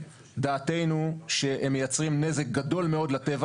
דעתנו שהם מייצרים נזק גדול מאוד לטבע